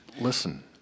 Listen